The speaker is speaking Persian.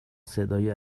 صدای